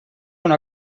una